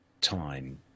time